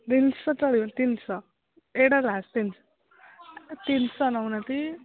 ତିନିଶହ ଚଳିବ ତିନିଶହ ଏଇଟା ଲାଷ୍ଟ ତିନିଶହ ତିନିଶହ ନେଉନାହାନ୍ତି